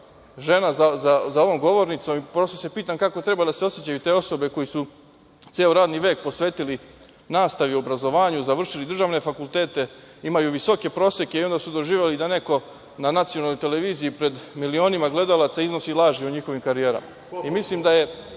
žena za ovom govornicom i prosto se pitam kako treba da se osećaju osobe koje su ceo radni vek posvetili nastavi, obrazovanju, završili državne fakultete, imaju visoke proseke i onda su doživeli da neko na nacionalnoj televiziji, pred milionima gledalaca iznosi laži o njihovim karijerama. Mislim da je